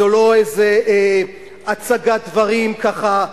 זו לא איזה הצגת דברים, ככה,